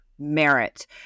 merit